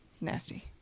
nasty